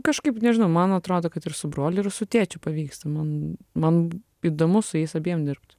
kažkaip nežinau man atrodo kad ir su broliu ir su tėčiu pavyksta man man įdomu su jais abiem dirbt